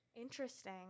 interesting